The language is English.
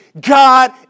God